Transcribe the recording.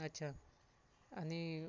अच्छा आणि